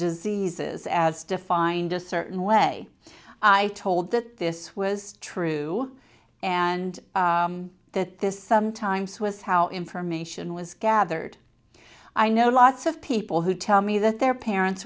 diseases as defined a certain way i told that this was true and that this sometimes was how information was gathered i know lots of people who tell me that their parents